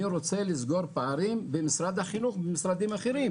אני רוצה לסגור פערים במשרד החינוך ובמשרדים אחרים.